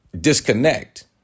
disconnect